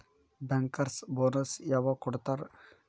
Bankers bonus ಯವಾಗ್ ಕೊಡ್ತಾರ?